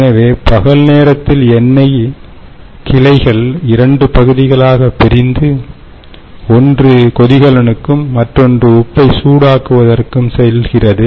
எனவே பகல் நேரத்தில் எண்ணெய் கிளைகள் 2 பகுதிகளாக பிரிந்து ஒன்று கொதிகலனுக்கும் மற்றொன்று உப்பை சூடு ஆக்குவதற்கும் செல்கிறது